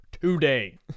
today